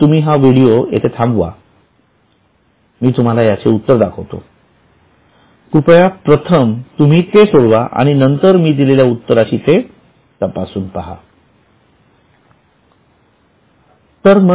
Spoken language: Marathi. तर तुम्ही हा व्हिडीओ येथे थांबवा मी तुम्हाला याचे उत्तर दाखवितो कृपया प्रथम तुम्ही ते सोडवा नंतर मी दिलेल्या उत्तराशी ते तपासून पहा